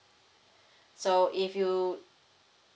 so if you